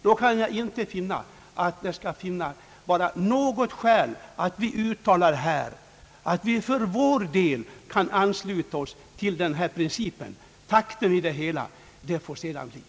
Jag kan inte finna något skäl mot ett uttalande från riksdagen att vi för vår del kan ansluta oss till den principen att dyrortsgrupperingen bör helt avskaffas.